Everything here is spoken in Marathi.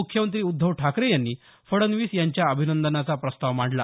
मुख्यमंत्री उद्धव ठाकरे यांनी फडणवीस यांच्या अभिनंदनाचा प्रस्ताव मांडला